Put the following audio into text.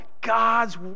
god's